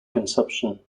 consumption